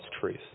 truth